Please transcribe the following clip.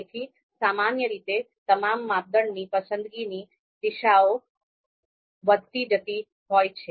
તેથી સામાન્ય રીતે તમામ માપદંડની પસંદગીની દિશાઓ વધતી જતી હોય છે